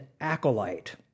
Acolyte